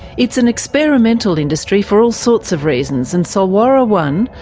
it's an experimental industry for all sorts of reasons and solwara one,